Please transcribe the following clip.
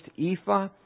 ephah